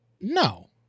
No